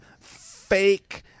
fake